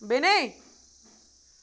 بیٚنے